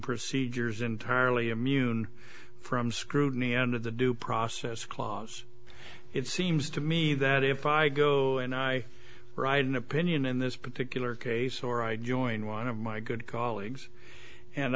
procedures and turly immune from scrutiny and of the due process clause it seems to me that if i go and i write an opinion in this particular case or i join one of my good colleagues and